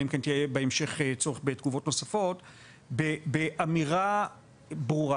אלא אם כן בהמשך יהיה צורך בתגובות נוספות באמירה ברורה: